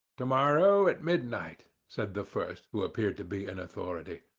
to-morrow at midnight, said the first who appeared to be in authority.